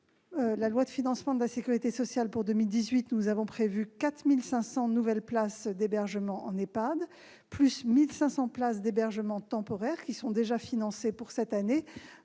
la loi de financement de la sécurité sociale pour 2018, nous avons d'ores et déjà prévu 4 500 nouvelles places d'hébergement en EHPAD, plus 1 500 places d'hébergement temporaire qui sont déjà financées pour cette année.